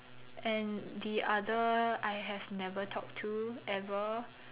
and the other I have never talked to ever